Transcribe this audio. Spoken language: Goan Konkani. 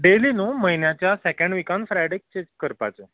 डेली न्हू म्हयन्याच्या सेकँड विकान फ्रायडे चॅक करपाचें